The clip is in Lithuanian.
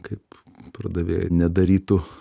kaip pardavėjai nedarytų